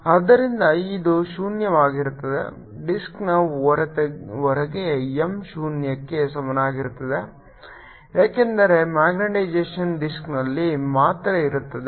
ಆದ್ದರಿಂದ ಇದು ಶೂನ್ಯವಾಗಿರುತ್ತದೆ ಡಿಸ್ಕ್ನ ಹೊರಗೆ M ಶೂನ್ಯಕ್ಕೆ ಸಮಾನವಾಗಿರುತ್ತದೆ ಏಕೆಂದರೆ ಮ್ಯಾಗ್ನೆಟೈಸೇಶನ್ ಡಿಸ್ಕ್ನಲ್ಲಿ ಮಾತ್ರ ಇರುತ್ತದೆ